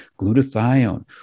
glutathione